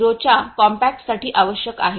0 च्या कॉम्पॅक्टसाठी आवश्यक आहे